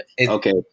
okay